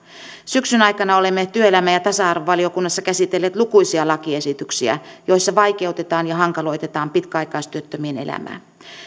syksyn aikana olemme työelämä ja tasa arvovaliokunnassa käsitelleet lukuisia lakiesityksiä joissa vaikeutetaan ja hankaloitetaan pitkäaikaistyöttömien elämää